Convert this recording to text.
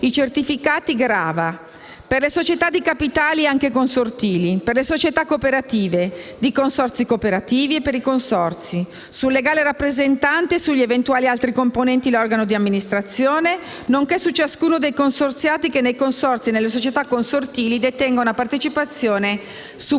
i certificati grava, per le società di capitali anche consortili, per le società cooperative, di consorzi cooperativi e per i consorzi, sul legale rappresentante e sugli eventuali altri componenti l'organo di amministrazione, nonché su ciascuno dei consorziati che nei consorzi e nelle società consortili detenga una partecipazione superiore